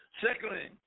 Secondly